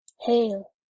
hail